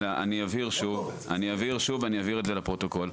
אבהיר שוב, ואבהיר את זה לפרוטוקול: